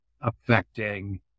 affecting